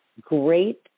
great